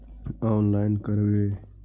Online करवे?